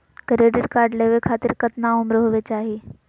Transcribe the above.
Credit card लेवे खातीर कतना उम्र होवे चाही?